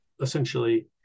essentially